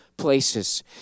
places